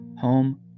home